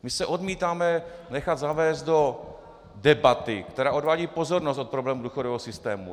My se odmítáme nechat zavést do debaty, která odvádí pozornost od problémů důchodového systému.